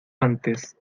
antes